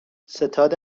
ستاد